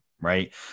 right